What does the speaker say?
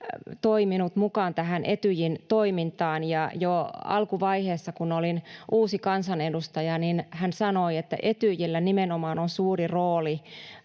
toi minut mukaan tähän Etyjin toimintaan. Jo alkuvaiheessa, kun olin uusi kansanedustaja, hän sanoi, että nimenomaan Etyjillä on suuri rooli